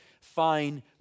fine